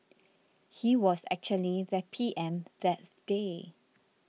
he was actually the P M that day